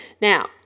Now